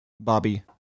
Bobby